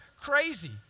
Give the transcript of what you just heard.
crazy